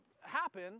happen